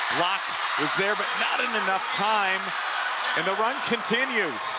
schrock is there but not in enough time and the run continues.